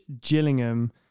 Gillingham